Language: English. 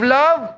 love